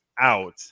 out